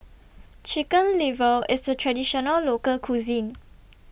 Chicken Liver IS A Traditional Local Cuisine